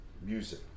music